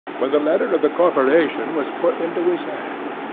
when the letter of the corporation was put into his hand.